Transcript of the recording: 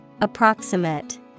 approximate